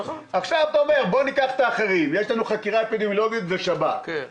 עכשיו בוא ניקח את האחרים יש לנו חקירה אפידמיולוגית ושב"כ.